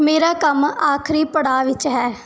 ਮੇਰਾ ਕੰਮ ਆਖਰੀ ਪੜਾਅ ਵਿੱਚ ਹੈ